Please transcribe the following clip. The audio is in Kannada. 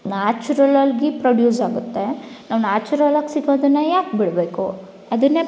ನ್ಯಾಚುರಲ್ಲಾಗಿ ಪ್ರೊಡ್ಯೂಸಾಗುತ್ತೆ ನಾವು ನ್ಯಾಚುರಲ್ಲಾಗಿ ಸಿಗೋದನ್ನು ಯಾಕೆ ಬಿಡಬೇಕು ಅದನ್ನೇ